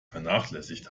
vernachlässigt